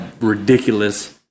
ridiculous